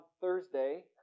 Thursday